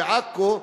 בעכו,